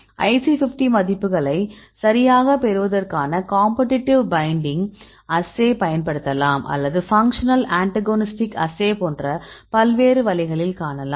IC50 மதிப்புகளை சரியாகப் பெறுவதற்கான காம்பெட்டிட்டிவ் ஃபைண்டிங் அஸ்சே பயன்படுத்தலாம் அல்லது ஃபங்க்ஷனல் அன்டகோனிஸ்ட் அஸ்சே போன்ற பல்வேறு வழிகளில் காணலாம்